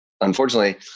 unfortunately